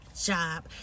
job